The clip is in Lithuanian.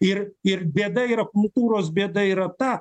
ir ir bėda ir apmukūros bėda yra ta